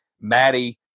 Maddie